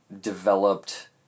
developed